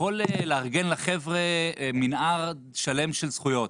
יכול לארגן לחבר'ה מנעד שלם של זכויות,